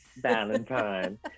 Valentine